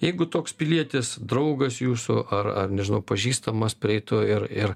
jeigu toks pilietis draugas jūsų ar ar nežinau pažįstamas prieitų ir ir